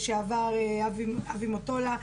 אבי מוטולה,